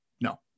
No